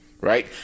right